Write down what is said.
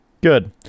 Good